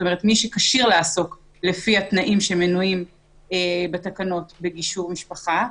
כלומר מי שכשיר לעסוק לפי התנאים שמנויים בתקנות בגישור משפחה.